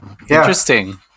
Interesting